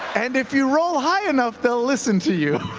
and if you roll high enough, they'll listen to you.